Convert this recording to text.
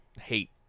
hate